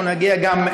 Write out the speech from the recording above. אנחנו נגיע גם,